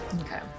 okay